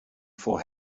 for